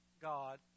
God